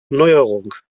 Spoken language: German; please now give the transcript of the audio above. neuerung